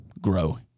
grow